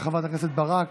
של חברת הכנסת ברק.